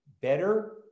better